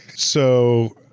so,